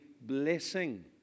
blessing